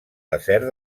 desert